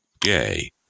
Gay